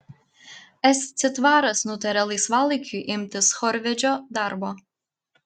s citvaras nutarė laisvalaikiu imtis chorvedžio darbo